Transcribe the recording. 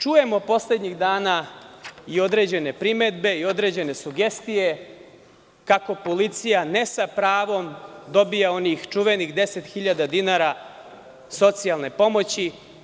Poslednjih dana čujemo određene primedbe i sugestije kako policija ne sa pravom dobija onih čuvenih 10.000 dinara socijalne pomoći.